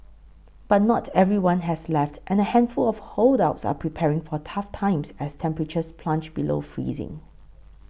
but not everyone has left and a handful of holdouts are preparing for tough times as temperatures plunge below freezing